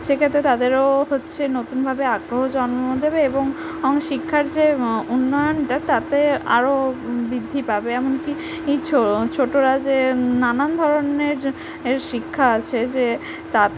সেক্ষেত্রে তাদেরও হচ্ছে নতুনভাবে আগ্রহ জন্ম দেবে এবং শিক্ষার যে উন্নয়নটা তাতে আরও বৃদ্ধি পাবে এমনকি ই ছোটোরা যে নানান ধরনের এর শিক্ষা আছে যে তা